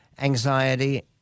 anxiety